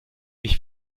ich